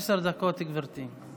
עשר דקות, גברתי.